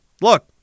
Look